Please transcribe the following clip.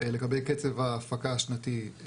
לגבי קצב ההפקה השנתי,